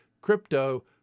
Crypto